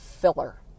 filler